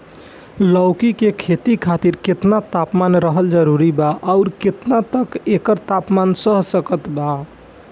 लौकी के खेती खातिर केतना तापमान रहल जरूरी बा आउर केतना तक एकर तापमान सह सकत बा?